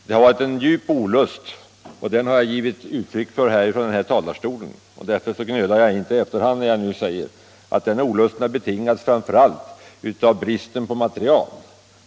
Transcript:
Denna djupa olust har jag givit uttryck för här ifrån talarstolen, och därför gnölar jag inte i efterhand när jag nu säger att den har betingats framför allt av bristen på material.